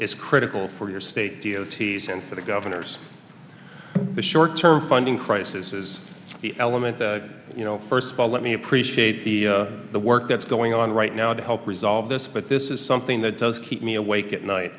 is critical for your state deity's and for the governors the short term funding crisis is the element you know first of all let me appreciate the the work that's going on right now to help resolve this but this is something that does keep me awake at night